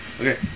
Okay